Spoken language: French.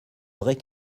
vraie